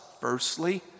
firstly